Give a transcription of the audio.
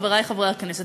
חברי חברי הכנסת,